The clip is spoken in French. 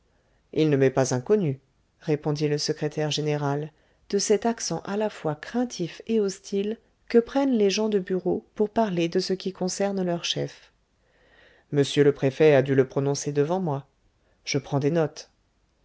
il ne m'est pas inconnu répondit le secrétaire général de cet accent à la fois craintif et hostile que prennent le gens de bureau pour parler de ce qui concerne leurs chefs m le préfet a dû le prononcer devant moi je prends des notes